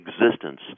existence